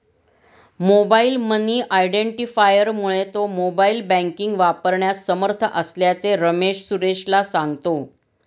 mobile money आयडेंटिफायरमुळे तो mobile banking वापरण्यास समर्थ असल्याचे रमेश सुरेशला सांगतो